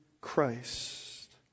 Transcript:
Christ